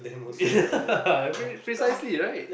yeah precisely right